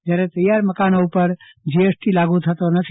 જ્યારે તેયાર મકાનો ઉપર જીએસટી લાગુ થતો નથી